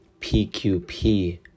PQP